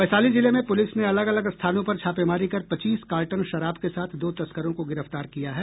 वैशाली जिले में पुलिस ने अलग अलग स्थानों पर छापेमारी कर पच्चीस कार्टन शराब के साथ दो तस्करों को गिरफ्तार किया है